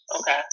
Okay